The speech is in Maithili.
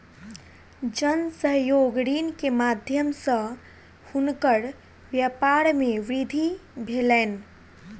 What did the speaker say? जन सहयोग ऋण के माध्यम सॅ हुनकर व्यापार मे वृद्धि भेलैन